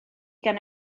gan